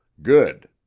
good.